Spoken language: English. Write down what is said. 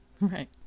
Right